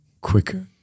quicker